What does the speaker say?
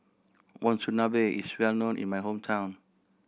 monsunabe is well known in my hometown